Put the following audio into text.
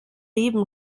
leben